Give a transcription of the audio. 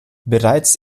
bereits